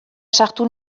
sartu